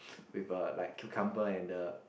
with a like cucumber and the